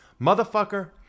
Motherfucker